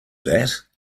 that